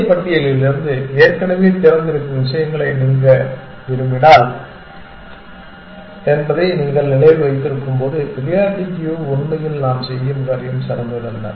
புதிய பட்டியலிலிருந்து ஏற்கனவே திறந்திருக்கும் விஷயங்களை நீக்க விரும்பினீர்கள் என்பதை நீங்கள் நினைவில் வைத்திருக்கும்போது ப்ரியாரிட்டி க்யூ உண்மையில் நாம் செய்யும் காரியம் சிறந்ததல்ல